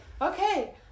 okay